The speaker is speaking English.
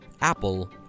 Apple